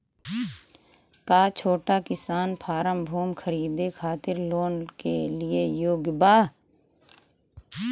का छोटा किसान फारम भूमि खरीदे खातिर लोन के लिए योग्य बा?